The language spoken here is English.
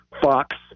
Fox